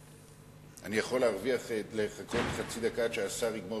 אני יכול לחכות חצי דקה עד שהשר יגמור